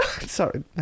Sorry